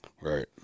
Right